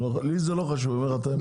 לי זה לא חשוב אני אומר לך את האמת.